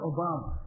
Obama